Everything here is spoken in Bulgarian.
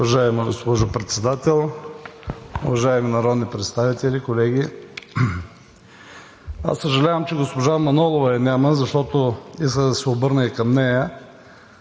Уважаема госпожо Председател, уважаеми народни представители, колеги! Аз съжалявам, че госпожа Манолова я няма, за да се обърна и към нея.